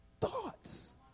thoughts